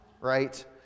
right